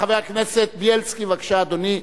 חבר הכנסת בילסקי, בבקשה, אדוני.